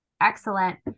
Excellent